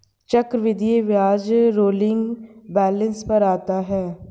चक्रवृद्धि ब्याज rolling balance पर आता है